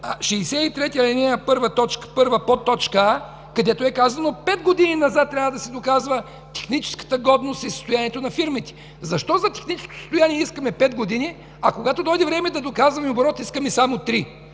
63, ал. 1, т. 1, подточка „а”, където е казано, че пет години назад трябва да се доказва техническата годност и състоянието на фирмите. Защо за техническото състояние искаме пет години, а когато дойде време да доказваме оборот, искаме само